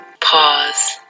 pause